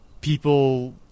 people